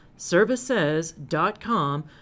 services.com